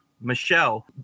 Michelle